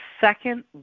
second